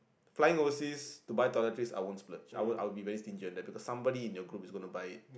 flying overseas to buy toiletries I won't splurge I will I will be very stingy on that because somebody in your group is gonna buy it